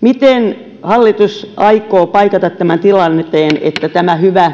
miten hallitus aikoo paikata tämän tilanteen että tämä hyvä